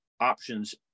options